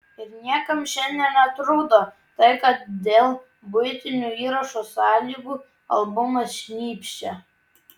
ir niekam šiandien netrukdo tai kad dėl buitinių įrašo sąlygų albumas šnypščia